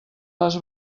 les